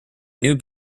new